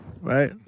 right